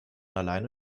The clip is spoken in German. alleine